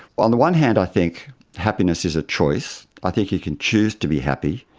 on the one hand i think happiness is a choice. i think you can choose to be happy.